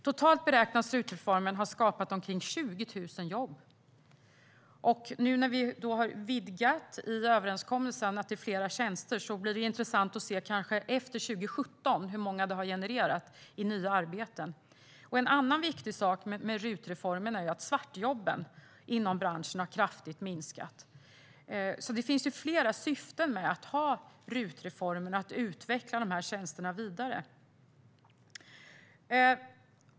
Totalt beräknas RUT-reformen ha skapat omkring 20 000 jobb. Nu när vi har utvidgat överenskommelsen så att det är fler tjänster blir det intressant att se hur många nya arbeten detta generar efter 2017. En annan viktig sak med RUT-reformen är att svartjobben har minskat kraftigt i branschen. Det finns flera syften med att ha RUT-reformen och utveckla dessa tjänster vidare.